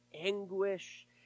anguish